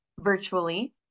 virtually